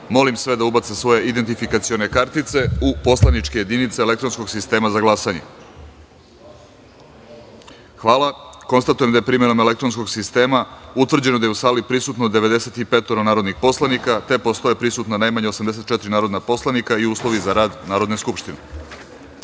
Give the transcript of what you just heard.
molim sve da ubace svoje identifikacione kartice u poslaničke jedinice elektronskog sistema za glasanje. Hvala. Konstatujem da je primenom elektronskog sistema utvrđeno da je u sali prisutno 95 narodnih poslanika, te postoje prisutna najmanje 84 narodna poslanika i uslovi za rad Narodne skupštine. Da